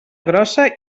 grossa